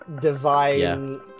divine